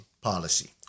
policy